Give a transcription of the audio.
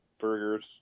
burgers